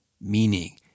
meaning